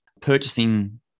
Purchasing